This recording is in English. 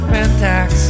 Pentax